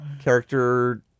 ...character